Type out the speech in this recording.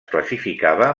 classificava